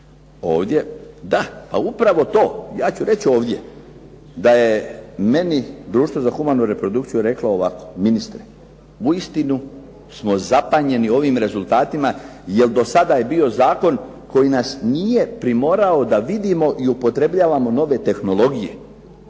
ovdje, da pa upravo to. Ja ću reći ovdje da je meni Društvo za humanu reprodukciju reklo ovako. Ministre uistinu smo zapanjeni ovim rezultatima jer do sada je bio zakon koji nas nije primorao da vidimo i upotrebljavamo nove tehnologije,